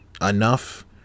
enough